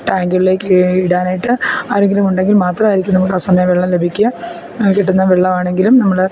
ടാങ്കുകളിലേക്ക് ഇടാനായിട്ട് ആരെങ്കിലുമുണ്ടെങ്കിൽ മാത്രായിരിക്കും നമുക്ക് ആ സമയം വെള്ളം ലഭിക്കുക കിട്ടുന്ന വെള്ളവാണെങ്കിലും നമ്മള്